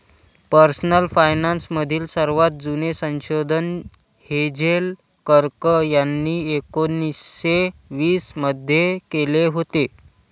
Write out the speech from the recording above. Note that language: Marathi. पर्सनल फायनान्स मधील सर्वात जुने संशोधन हेझेल कर्क यांनी एकोन्निस्से वीस मध्ये केले होते